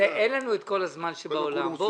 אין לנו את כל הזמן שבעולם,